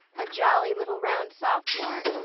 a jolly, little, round sophomore,